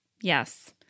Yes